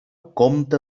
compta